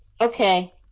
okay